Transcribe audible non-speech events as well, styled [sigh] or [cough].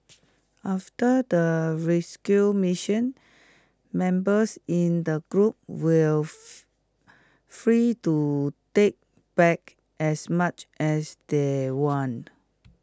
after the rescue mission members in the group were [unintelligible] free to take back as much as they wanted